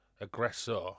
aggressor